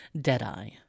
Deadeye